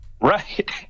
right